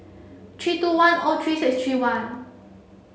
three two one O three six three one